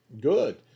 Good